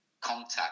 contact